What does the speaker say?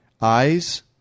Eyes